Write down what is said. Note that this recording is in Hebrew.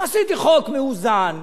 עשיתי חוק מאוזן,